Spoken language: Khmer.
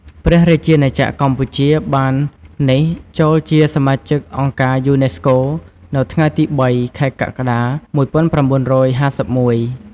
ព្រះរាជាណាចក្រកម្ពុជាបាននេះចូលជាសមាជិកអង្គការយូណេស្កូ នៅថ្ងៃទី៣ ខែកក្កដា ១៩៥១។